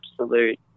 absolute